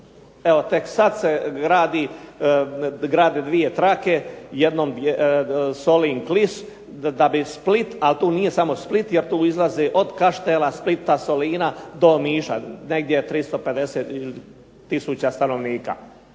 Evo tek sad se grade dvije trake, jednom Solin-Klis da bi Split, al tu nije samo Split jer tu izlazi od Kaštela, Splita, Solina do Omiša, negdje 350 tisuća stanovnika.